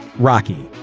rocky